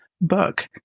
book